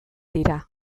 dira